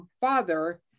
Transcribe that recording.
father